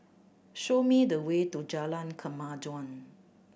show me the way to Jalan Kemajuan